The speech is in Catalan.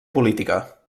política